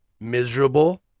Miserable